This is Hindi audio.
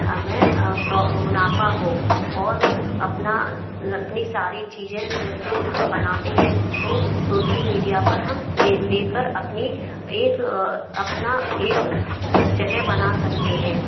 हमें मुनाफ़ा हो और अपना अपनी सारी चीजें जो हम बनाते हैं वो सोसल मीडिया पर हम दे देकर अपनी एक अपना एक जगह बना सकते हैं